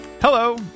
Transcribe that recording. Hello